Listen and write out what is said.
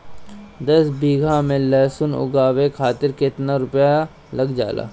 दस बीघा में लहसुन उगावे खातिर केतना रुपया लग जाले?